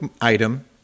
item